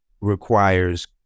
requires